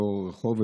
באותו רחוב,